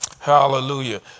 Hallelujah